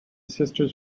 sisters